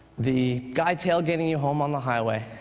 the guy tailgating you home on the highway,